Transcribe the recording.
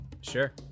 Sure